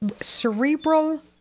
cerebral